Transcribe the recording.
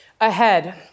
Ahead